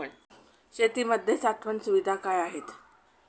शेतीमध्ये साठवण सुविधा काय आहेत?